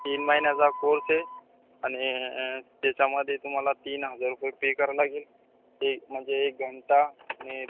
तीन महिन्याचा कोर्स आहे आणि त्याच्यामध्ये तुम्हाला तीन हजार रुपये पे करावे लागेल ते म्हणजे एक घंटा नि एक